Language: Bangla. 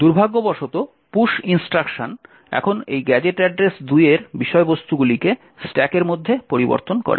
দুর্ভাগ্যবশত পুশ ইন্সট্রাকশন এখন এই গ্যাজেট অ্যাড্রেস 2 এর বিষয়বস্তুগুলিকে স্ট্যাকের মধ্যে পরিবর্তন করে